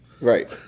Right